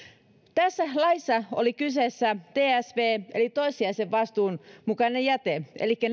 tässä laissa oli kyseessä tsv eli toissijaisen vastuun mukainen jäte elikkä